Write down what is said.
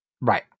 Right